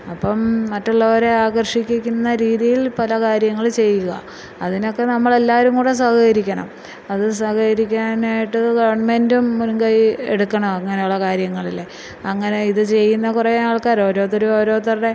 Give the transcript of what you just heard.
അപ്പോള് മറ്റുള്ളവരെ ആകർഷിക്കുന്ന രീതിയിൽ പല കാര്യങ്ങൾ ചെയ്യുക അതിനൊക്കെ നമ്മളെല്ലാവരും കൂടെ സഹകരിക്കണം അത് സഹകരിക്കാനായിട്ട് ഗവൺമെൻറും മുൻകൈ എടുക്കണം അങ്ങനെയുള്ള കാര്യങ്ങളില് അങ്ങനെ ഇത് ചെയ്യുന്ന കുറേ ആൾക്കാർ ഓരോരുത്തരും ഓരോരുത്തരുടെ